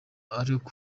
ariko